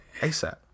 ASAP